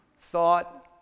thought